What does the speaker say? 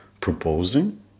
proposing